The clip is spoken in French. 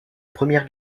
première